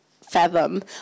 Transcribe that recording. fathom